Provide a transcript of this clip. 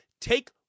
Take